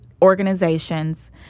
organizations